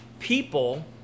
people